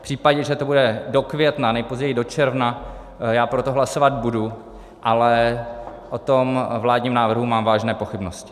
V případě, že to bude do května, nejpozději do června, já pro to hlasovat budu, ale o tom vládním návrhu mám vážné pochybnosti.